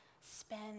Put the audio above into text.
spend